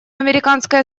американской